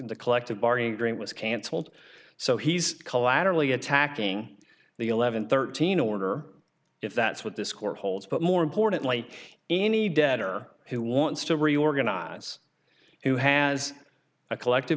the collective bargaining dream was cancelled so he's collaterally attacking the eleven thirteen order if that's what this court holds but more importantly any debtor who wants to reorganize who has a collective